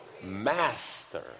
master